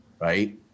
right